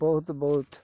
ବହୁତ୍ ବହୁତ୍